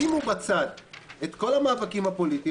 שימו בצד את כל המאבקים הפוליטיים,